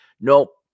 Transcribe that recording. Nope